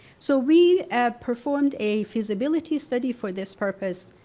so we performed a feasibility study for this purpose.